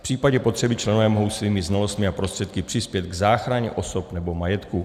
V případě potřeby členové mohou svými znalostmi a prostředky přispět k záchraně osob nebo majetku.